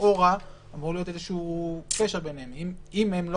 לכאורה אמור להיות איזשהו קשר ביניהם כי אם הם לא